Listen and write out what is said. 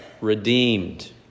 redeemed